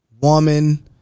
woman